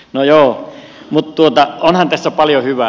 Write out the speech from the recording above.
no joo mutta onhan tässä paljon hyvää